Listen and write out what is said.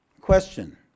Question